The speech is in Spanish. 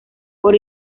por